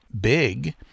big